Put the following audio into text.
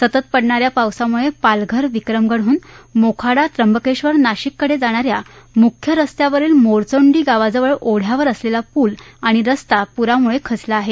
सतत पडणार्या पावसामुळे पालघर विक्रमगड हुन मोखाडा त्र्यंबक नाशिक कडे जाणाऱ्या मुख्य स्स्त्यावरील मोरचोंडी गावाजवळ ओद्यावर असलेला पूल आणि रस्ता पूरामुळे खचला आहे